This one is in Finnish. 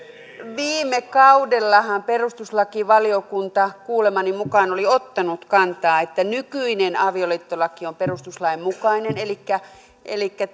kaudellahan perustuslakivaliokunta kuulemani mukaan oli ottanut kantaa että nykyinen avioliittolaki on perustuslain mukainen elikkä elikkä